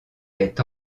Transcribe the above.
est